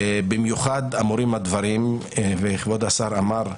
במיוחד אמורים הדברים, וכבוד השר אמר: